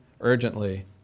urgently